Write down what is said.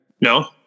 No